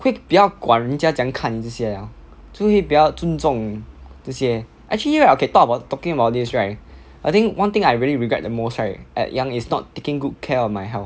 会比较管人家怎样看你这些了就是比较尊重这些 actually right okay talk about talking about this right I think one thing I really regret the most right at young is not taking good care of my health